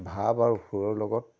ভাৱ আৰু সুৰৰ লগত